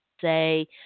say